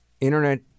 internet